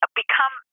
become